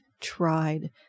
tried